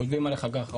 כותבים עליך ככה,